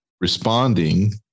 responding